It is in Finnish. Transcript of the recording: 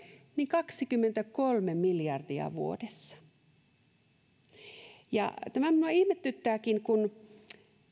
kaksikymmentäkolme miljardia vuodessa minua ihmetyttääkin kun